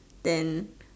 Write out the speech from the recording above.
then